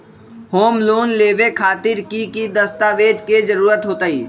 Home loan लेबे खातिर की की दस्तावेज के जरूरत होतई?